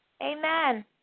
Amen